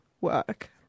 work